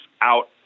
out